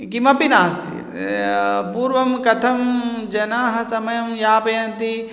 किमपि नास्ति पूर्वं कथं जनाः समयं यापयन्ति